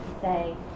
say